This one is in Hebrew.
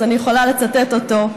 אז אני יכולה לצטט אותו,